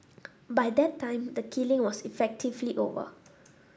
by that time the killing was effectively over